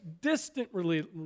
distantly